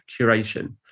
curation